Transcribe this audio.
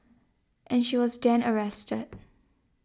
and she was then arrested